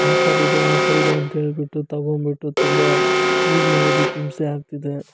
ಆಫರಿದೆ ಆಫರಿದೆ ಅಂಥೇಳ್ಬಿಟ್ಟು ತಗೊಂಡ್ಬಿಟ್ಟು ತುಂಬ ಯೂಸ್ ಮಾಡೋದಕ್ಕೆ ಹಿಂಸೆ ಆಗ್ತಿದೆ